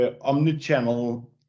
omni-channel